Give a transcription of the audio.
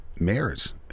marriage